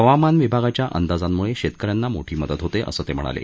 हवामान विभागाच्या अंदाजांमुळे शेतक यांना मोठी मदत होते असं ते म्हणाले